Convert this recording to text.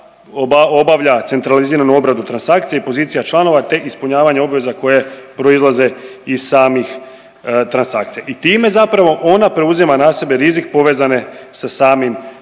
obavlja centraliziranu obradu transakcije i pozicija članova, te ispunjavanje obveza koje proizlaze iz samih transakcija i time zapravo ona preuzima na sebe rizik povezane sa samim